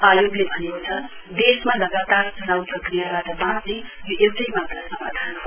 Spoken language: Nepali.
आयोगले भनेको छ देशमा लगातार चुनाउ प्रक्रियावाट वाँच्ने यो एउटै मात्र समाधान हो